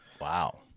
Wow